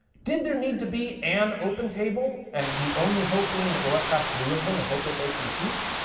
did there need to be an opentable and the only hope being that, well, let's have three of them and hope that they compete?